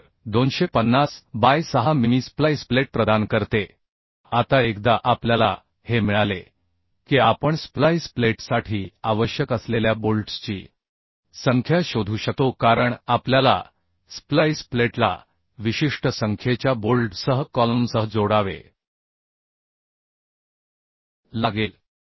तर 250 बाय 6 मिमी splice plate प्रदान करते आता एकदा आपल्याला हे मिळाले की आपण स्प्लाइस प्लेटसाठी आवश्यक असलेल्या बोल्ट्सची संख्या शोधू शकतो कारण आपल्याला स्प्लाइस प्लेटला विशिष्ट संख्येच्या बोल्ट्ससह कॉलमसह जोडावे लागेल